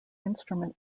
instrument